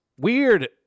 Weird